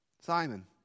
Simon